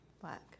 Black